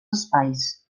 espais